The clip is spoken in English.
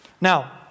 Now